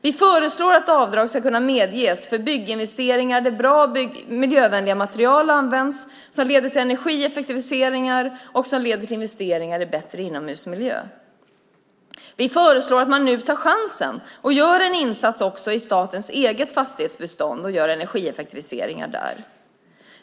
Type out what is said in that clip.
Vi föreslår att avdrag ska kunna medges för bygginvesteringar där bra miljövänliga material används, för energieffektiviseringar och för investeringar i bättre inomhusmiljö. Vi föreslår också att man nu tar chansen och gör en insats med energieffektiviseringar även i statens eget fastighetsbestånd.